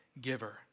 giver